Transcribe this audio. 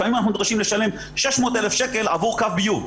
לפעמים אנחנו נדרשים לשלם 600,000 עבור קו ביוב.